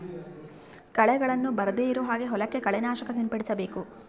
ಕಳೆಗಳನ್ನ ಬರ್ದೆ ಇರೋ ಹಾಗೆ ಹೊಲಕ್ಕೆ ಕಳೆ ನಾಶಕ ಸಿಂಪಡಿಸಬೇಕು